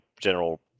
general